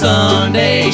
Sunday